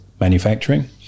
manufacturing